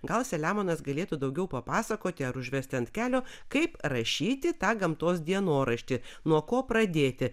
gal selemonas galėtų daugiau papasakoti ar užvesti ant kelio kaip rašyti tą gamtos dienoraštį nuo ko pradėti